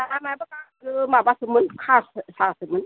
माबासोमोन खास सासो मोन